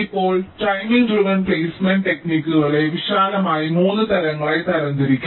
ഇപ്പോൾ timing driven placement ടെക്നിക്കുകളെ വിശാലമായി 3 തരങ്ങളായി തരംതിരിക്കാം